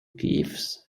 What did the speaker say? gives